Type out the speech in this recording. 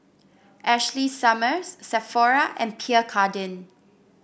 Ashley Summers Sephora and Pierre Cardin